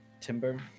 Timber